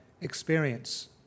experience